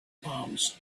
palms